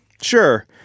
Sure